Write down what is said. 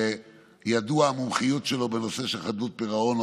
שידועה המומחיות שלו בנושא חדלות פירעון,